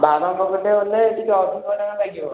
ବାରଙ୍ଗ ପଟେ ଗଲେ ଟିକିଏ ଅଧିକ ଟଙ୍କା ଲାଗିବ